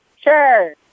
sure